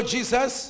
Jesus